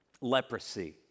leprosy